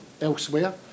elsewhere